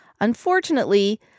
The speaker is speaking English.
Unfortunately